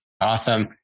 Awesome